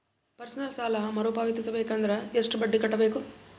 Personal ಸಾಲ ಮರು ಪಾವತಿಸಬೇಕಂದರ ಎಷ್ಟ ಬಡ್ಡಿ ಕಟ್ಟಬೇಕು?